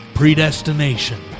Predestination